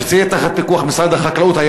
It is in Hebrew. ושזה יהיה תחת הפיקוח הישיר של משרד החקלאות,